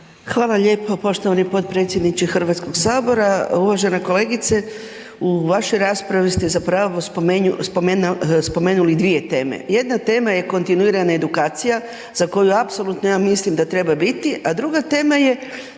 Hvala lijepa poštovani potpredsjedniče Hrvatskog sabora. Uvažena kolegice. U vašoj raspravi ste zapravo spomenuli dvije teme. Jedna tema je kontinuirana edukacija za koju apsolutno ja mislim da treba biti. A druga tema je,